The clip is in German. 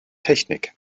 technik